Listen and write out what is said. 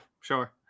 sure